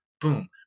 Boom